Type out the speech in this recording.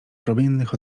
promiennych